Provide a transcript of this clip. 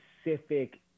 specific